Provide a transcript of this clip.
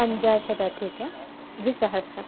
पञ्चाशदधिकद्विसहस्रम्